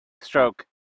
stroke